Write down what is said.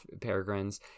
peregrines